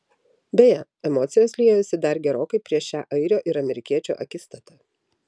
beje emocijos liejosi dar gerokai prieš šią airio ir amerikiečio akistatą